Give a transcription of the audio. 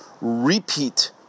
repeat